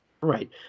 Right